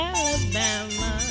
Alabama